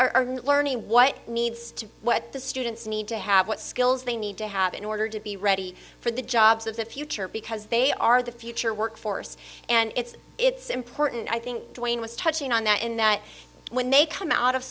are learning what needs to be what the students need to have what skills they need to have in order to be ready for the jobs of the future because they are the future workforce and it's it's important i think wayne was touching on that in that when they come out of